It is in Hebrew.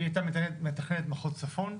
היא הייתה מתכננת מחוז חיפה,